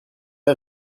mai